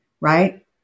right